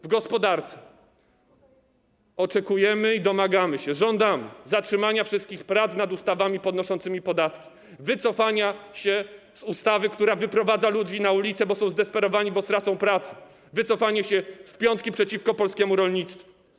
W gospodarce oczekujemy, domagamy się i żądamy zatrzymania wszystkich prac nad ustawami podnoszącymi podatki, wycofania się z ustawy, która wyprowadza ludzi na ulicę, bo są zdesperowani, bo stracą pracę, wycofania się z piątki przeciwko polskiemu rolnictwu.